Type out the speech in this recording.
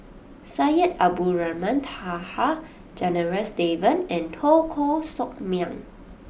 Syed Abdulrahman Taha Janadas Devan and Teo Koh Sock Miang